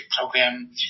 program